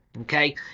Okay